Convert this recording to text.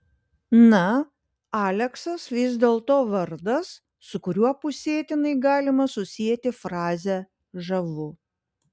na aleksas vis dėlto vardas su kuriuo pusėtinai galima susieti frazę žavu